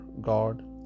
god